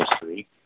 history